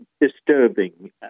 disturbing